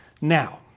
now